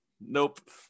Nope